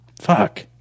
Fuck